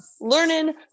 learning